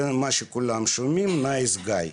זה מה שכולם שומעים, נייס גאי.